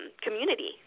community